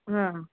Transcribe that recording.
હં